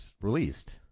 released